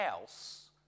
else